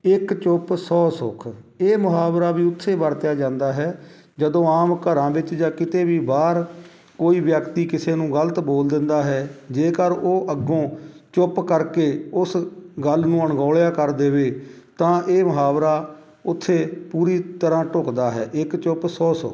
ਇੱਕ ਚੁੱਪ ਸੌ ਸੁੱਖ ਇਹ ਮੁਹਾਵਰਾ ਵੀ ਉੱਥੇ ਵਰਤਿਆ ਜਾਂਦਾ ਹੈ ਜਦੋਂ ਆਮ ਘਰਾਂ ਵਿੱਚ ਜਾਂ ਕਿਤੇ ਵੀ ਬਾਹਰ ਕੋਈ ਵਿਅਕਤੀ ਕਿਸੇ ਨੂੰ ਗਲਤ ਬੋਲ ਦਿੰਦਾ ਹੈ ਜੇਕਰ ਉਹ ਅੱਗੋਂ ਚੁੱਪ ਕਰਕੇ ਉਸ ਗੱਲ ਨੂੰ ਅਣਗੌਲਿਆ ਕਰ ਦੇਵੇ ਤਾਂ ਇਹ ਮੁਹਾਵਰਾ ਉੱਥੇ ਪੂਰੀ ਤਰ੍ਹਾਂ ਢੁੱਕਦਾ ਹੈ ਇੱਕ ਚੁੱਪ ਸੌ ਸੁੱਖ